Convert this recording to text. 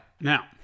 now